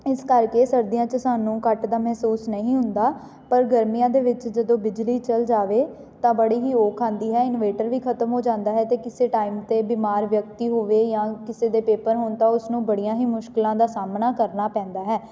ਇਸ ਕਰਕੇ ਸਰਦੀਆਂ 'ਚ ਸਾਨੂੰ ਕੱਟ ਦਾ ਮਹਿਸੂਸ ਨਹੀਂ ਹੁੰਦਾ ਪਰ ਗਰਮੀਆਂ ਦੇ ਵਿੱਚ ਜਦੋਂ ਬਿਜਲੀ ਚਲੀ ਜਾਵੇ ਤਾਂ ਬੜੀ ਹੀ ਔਖ ਆਉਂਦੀ ਹੈ ਇਨਵੇਟਰ ਵੀ ਖਤਮ ਹੋ ਜਾਂਦਾ ਹੈ ਅਤੇ ਕਿਸੇ ਟਾਈਮ 'ਤੇ ਬਿਮਾਰ ਵਿਅਕਤੀ ਹੋਵੇ ਜਾਂ ਕਿਸੇ ਦੇ ਪੇਪਰ ਹੋਣ ਤਾਂ ਉਸਨੂੰ ਬੜੀਆਂ ਹੀ ਮੁਸ਼ਕਿਲਾਂ ਦਾ ਸਾਹਮਣਾ ਕਰਨਾ ਪੈਂਦਾ ਹੈ